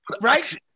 right